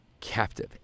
captive